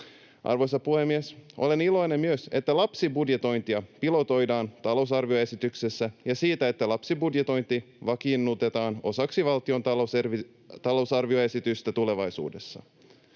Arvoisa puhemies! Olen iloinen myös siitä, että lapsibudjetointia pilotoidaan talousarvioesityksessä, ja siitä, että lapsibudjetointi vakiinnutetaan osaksi valtion talousarvioesitystä tulevaisuudessa.